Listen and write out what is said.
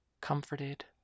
comforted